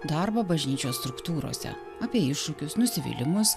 darbą bažnyčios struktūrose apie iššūkius nusivylimus